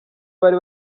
bari